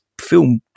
film